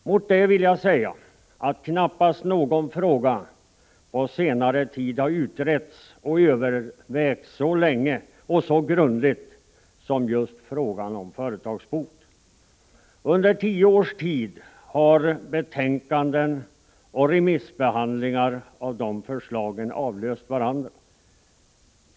Mot detta vill jag säga att knappast någon fråga på senare tid har utretts och övervägts så länge och så grundligt som just frågan om företagsbot. Under tio års tid har betänkanden och remissbehandlingar av dessa förslag avlöst varandra.